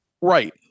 Right